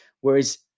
Whereas